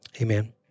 amen